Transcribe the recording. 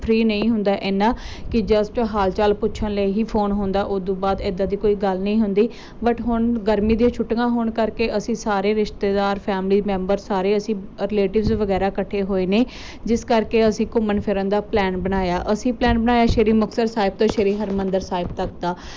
free ਨਹੀਂ ਇੰਨਾ ਕਿ ਜਸਟ ਹਾਲਚਾਲ ਪੁੱਛਣ ਲਈ ਹੀ ਫੋਨ ਹੁੰਦਾ ਉੱਦੂ ਬਾਅਦ ਇੱਦਾਂ ਦੀ ਕੋਈ ਗੱਲ ਨਹੀਂ ਹੁੰਦੀ ਬਟ ਹੁਣ ਗਰਮੀ ਦੀਆਂ ਛੁੱਟੀਆਂ ਹੋਣ ਕਰਕੇ ਅਸੀਂ ਸਾਰੇ ਰਿਸ਼ਤੇਦਾਰ ਫੈਮਿਲੀ ਮੈਂਬਰ ਸਾਰੇ ਅਸੀਂ ਰਿਲੇਟਿਵਸ ਵਗੈਰਾ ਇਕੱਠੇ ਹੋਏ ਨੇ ਜਿਸ ਕਰਕੇ ਅਸੀਂ ਘੁੰਮਣ ਫਿਰਨ ਦਾ ਪਲੈਨ ਬਣਾਇਆ ਅਸੀਂ ਪਲੈਨ ਬਣਾਇਆ ਸ਼੍ਰੀ ਮੁਕਤਸਰ ਸਾਹਿਬ ਤੋਂ ਸ਼੍ਰੀ ਹਰਿਮੰਦਰ ਸਾਹਿਬ ਤੱਕ ਦਾ